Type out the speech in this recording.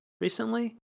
recently